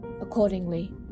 accordingly